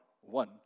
one